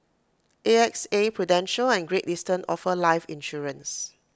A X A prudential and great eastern offer life insurance